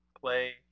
play